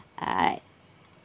alright